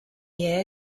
year